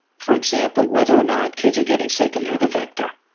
for example, whether or not kids are getting sick and they're the vector.